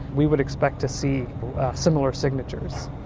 we would expect to see similar signatures.